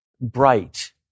bright